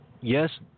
yes